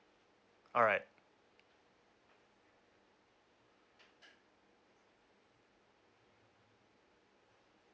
alright